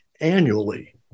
annually